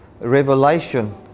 revelation